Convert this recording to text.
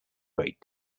great